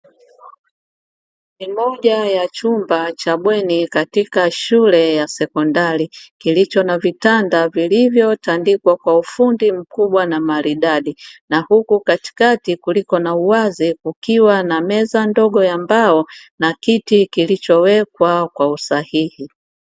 Ni moja ya chumba cha bweni katika shule ya sekondari, kilicho na vitanda vilivyotandikwa kwa ufundi mkubwa na maridadi, na huku katikati kuliko na uwazi kikiwa na meza ndogo ya mbao na kiti kilichowekwa kwa usahihi.